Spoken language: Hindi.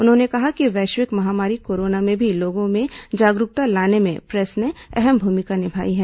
उन्होंने कहा कि वैश्विक महामारी कोरोना में भी लोगो में जागरूकता लाने में प्रेस ने अहम भूमिका निभाई है